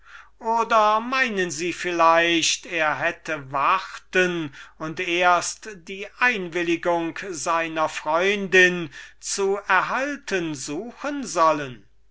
oder meinen sie vielleicht er hätte warten und die einwilligung seiner freundin zu erhalten suchen sollen